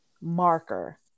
marker